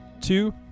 two